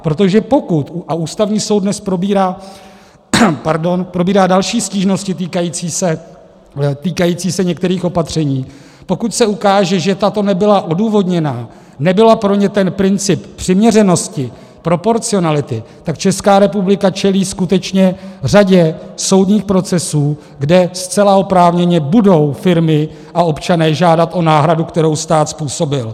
Protože pokud a Ústavní soud dnes probírá další stížnosti týkající se některých opatření pokud se ukáže, že tato nebyla odůvodněna, nebyl pro ně ten princip přiměřenosti, proporcionality, tak Česká republika čelí skutečně řadě soudních procesů, kde zcela oprávněně budou firmy a občané žádat o náhradu, kterou stát způsobil.